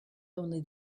only